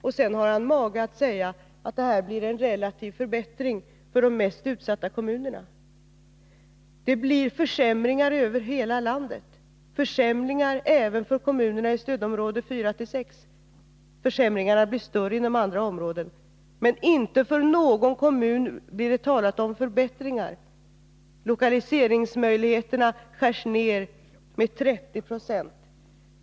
Och sedan har han mage att säga att detta medför en relativ förbättring för de mest utsatta kommunerna. Det blir försämringar över hela sämringarna bli inom andra områden, men inte för någon kommun talas det om förbättring ar. Lokaliseringsmöjligheterna skärs ned med 30 26.